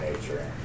Nature